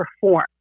perform